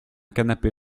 canapé